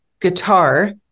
guitar